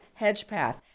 Hedgepath